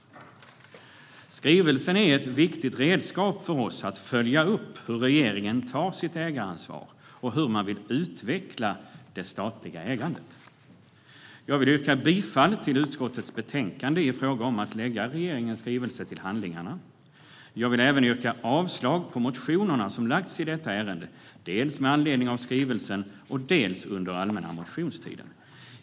Skrivelsen är ett viktigt redskap för oss för att följa upp hur regeringen tar sitt ägaransvar och hur den vill utveckla det statliga ägandet. Jag vill yrka bifall till förslaget i utskottets betänkande i fråga om att lägga regeringens skrivelse till handlingarna. Jag vill även yrka avslag på motionerna som väckts i detta ärende dels med anledning av skrivelsen, dels under allmänna motionstiden.